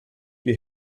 die